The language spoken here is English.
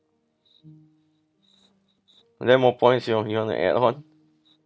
are there more points you want you want to add on